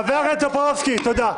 חבר הכנסת טופורובסקי, תודה.